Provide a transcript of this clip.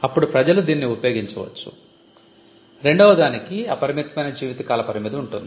అప్పుడు ప్రజలు దీనిని ఉపయోగించవచ్చు రెండోవ దానికి అపరిమితమైన జీవిత కాల పరిమితి ఉంటుంది